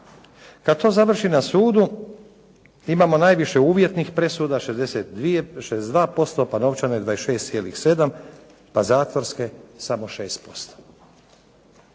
Kada to završi na sudu, imamo najviše uvjetnih presuda 62%, pa novčane 26,7, pa zatvorske samo 6%.